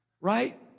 right